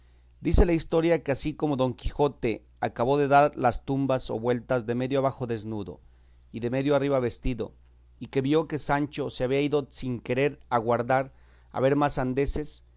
dice la historia que así como don quijote acabó de dar las tumbas o vueltas de medio abajo desnudo y de medio arriba vestido y que vio que sancho se había ido sin querer aguardar a ver más sandeces